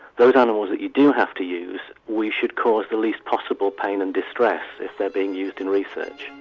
those animals that you do have to use, we should cause the least possible pain and distress if they're being used in research.